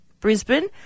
Brisbane